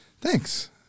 Thanks